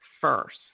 first